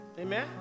Amen